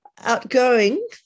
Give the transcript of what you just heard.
outgoing